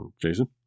Jason